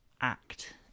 act